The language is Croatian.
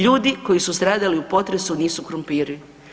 Ljudi koji su stradali u potresu nisu krumpiri.